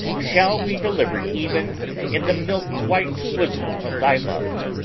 shall be deliver'd even in the milk-white bosom of thy love.